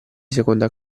seconda